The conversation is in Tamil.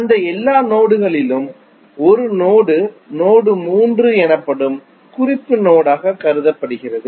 அந்த எல்லா நோடுகளிலும் ஒரு நோடு நோடு 3 எனப்படும் குறிப்பு நோடு ஆக கருதப்படுகிறது